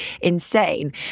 insane